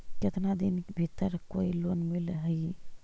केतना दिन के भीतर कोइ लोन मिल हइ?